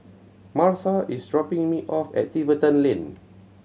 Martha is dropping me off at Tiverton Lane